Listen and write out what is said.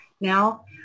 now